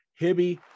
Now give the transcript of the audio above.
hibby